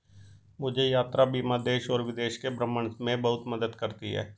मुझे यात्रा बीमा देश और विदेश के भ्रमण में बहुत मदद करती है